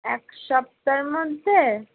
এক সপ্তাহর মধ্যে